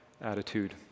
attitude